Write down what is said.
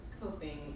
coping